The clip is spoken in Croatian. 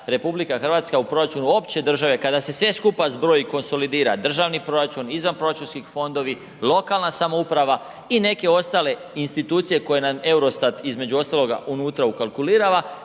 RH u proračunu opće države kada se sve skupa zbroji i konolidira državni proračun, izvanproračunski fondovi, lokalna samouprava i neke ostale institucije koje nam EUROSTAT između ostaloga unutra ukalkulirala